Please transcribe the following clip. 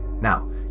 now